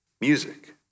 music